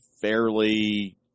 fairly